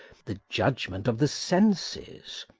the judgment of the senses,